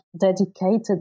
dedicated